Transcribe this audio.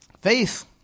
faith